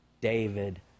David